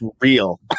real